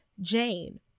jane